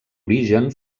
origen